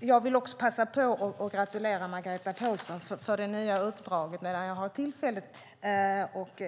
Jag vill passa på att gratulera Margareta Pålsson till det nya uppdraget.